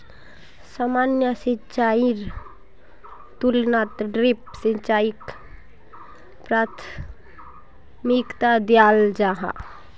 सामान्य सिंचाईर तुलनात ड्रिप सिंचाईक प्राथमिकता दियाल जाहा